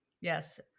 Yes